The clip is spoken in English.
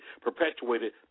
perpetuated